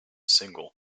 single